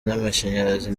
n’amashanyarazi